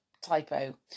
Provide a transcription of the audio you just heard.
typo